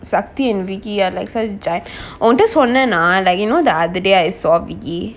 saktil and vickie ah like such ஓன்ட சொன்னனா:onta sonnana like you know the the day I saw vickie